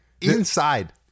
Inside